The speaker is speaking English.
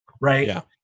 right